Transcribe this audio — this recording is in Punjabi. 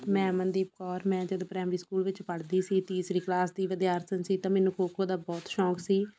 ਮੈਂ ਅਮਨਦੀਪ ਕੌਰ ਮੈਂ ਜਦ ਪ੍ਰਾਈਮਰੀ ਸਕੂਲ ਵਿੱਚ ਪੜ੍ਹਦੀ ਸੀ ਤੀਸਰੀ ਕਲਾਸ ਦੀ ਵਿਦਿਆਰਥਣ ਸੀ ਤਾਂ ਮੈਨੂੰ ਖੋ ਖੋ ਦਾ ਬਹੁਤ ਸ਼ੌਂਕ ਸੀ